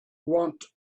want